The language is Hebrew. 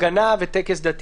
הפגנה וטקס דתי.